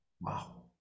Wow